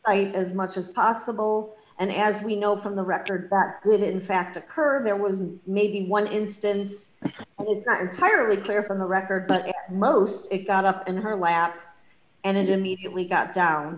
sight as much as possible and as we know from the records that would in fact occur there was maybe one instance it's not entirely clear from the record but most of it got up in her lap and it immediately got down